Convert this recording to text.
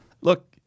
Look